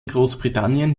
großbritannien